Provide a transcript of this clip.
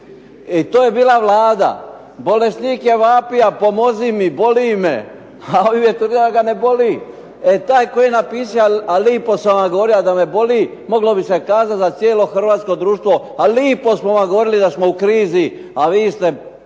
I to je bila Vlada. Bolesnik je vapija pomozi mi, boli me, a .../Govornik se ne razumije./... E taj koji je napisaja "A lipo sam vam govorija da me boli" moglo bi se kazati za cijelo hrvatsko društvo, "a lipo smo vam govorili da smo u krizi" a vi ste